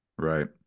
Right